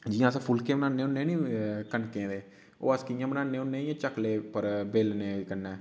जियां अस फुल्के बनाने होन्नें नि कनके दे ओह् अस कि'यां बनाने होन्नें इयां चकले उप्पर बेलने कन्नै